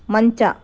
ಮಂಚ